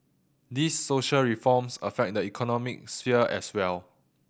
these social reforms affect the economic sphere as well